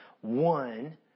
one